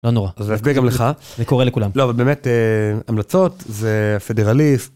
לא נורא זה יקרה גם לך זה קורה לכולם לא באמת המלצות זה פדרליס.